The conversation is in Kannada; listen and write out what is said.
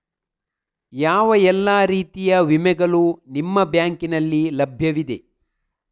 ಯಾವ ಎಲ್ಲ ರೀತಿಯ ವಿಮೆಗಳು ನಿಮ್ಮ ಬ್ಯಾಂಕಿನಲ್ಲಿ ಲಭ್ಯವಿದೆ?